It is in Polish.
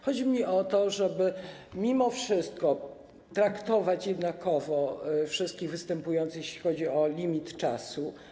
Chodzi mi o to, żeby mimo wszystko traktować jednakowo wszystkich występujących, jeśli chodzi o limit czasu.